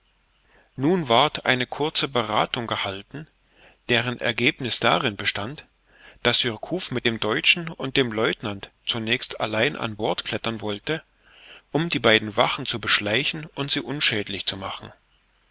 nun ward eine kurze berathung gehalten deren ergebniß darin bestand daß surcouf mit dem deutschen und dem lieutenant zunächst allein an bord klettern wollte um die beiden wachen zu beschleichen und sie unschädlich zu machen